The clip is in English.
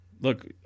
look